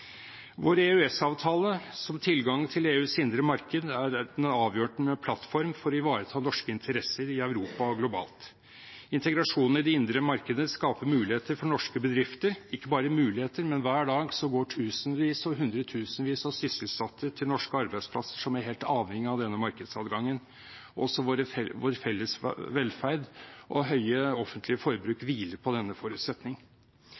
Vår EØS-avtale, som tilgang til EUs indre marked, er en avgjørende plattform for å ivareta norske interesser i Europa og globalt. Integrasjonen i det indre markedet skaper ikke bare muligheter for norske bedrifter – hver dag går tusenvis og hundretusenvis av sysselsatte til norske arbeidsplasser som er helt avhengige av denne markedsadgangen. Også vår felles velferd og høye offentlige forbruk